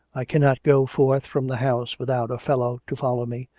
i cannot go forth from the house without a fellow to follow me,